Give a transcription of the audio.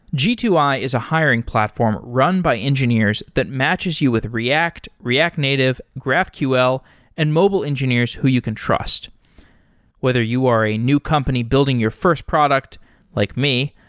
g two i is a hiring platform run by engineers that matches you with react, react native, graphql and mobile engineers who you can trust whether you are a new company building your first product like me,